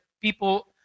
people